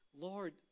Lord